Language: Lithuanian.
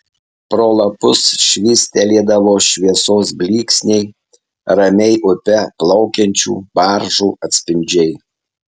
pro lapus švystelėdavo šviesos blyksniai ramiai upe plaukiančių baržų atspindžiai